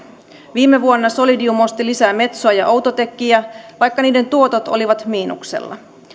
viime vuonna solidium osti lisää metsoa ja outotecia vaikka niiden tuotot olivat miinuksella